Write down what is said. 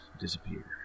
disappear